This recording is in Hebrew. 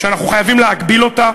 שאנחנו חייבים להגביל אותה,